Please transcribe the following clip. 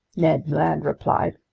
ned land replied.